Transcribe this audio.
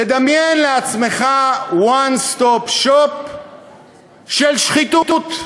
תדמיין לעצמך One Stop Shop של שחיתות,